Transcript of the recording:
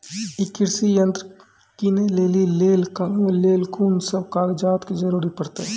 ई कृषि यंत्र किनै लेली लेल कून सब कागजात के जरूरी परतै?